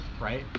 right